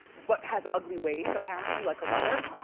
but has ugly ways, apparently, like her mother.